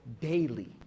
daily